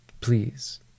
Please